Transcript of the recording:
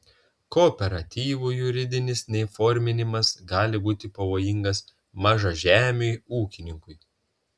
kooperatyvų juridinis neįforminimas gali būti pavojingas mažažemiui ūkininkui